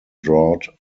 draught